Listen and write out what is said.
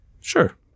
sure